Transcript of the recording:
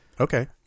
Okay